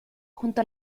junto